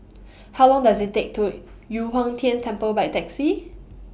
How Long Does IT Take to Yu Huang Tian Temple By Taxi